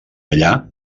allà